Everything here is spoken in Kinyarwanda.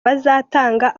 bazatanga